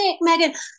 megan